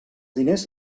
diners